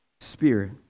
spirit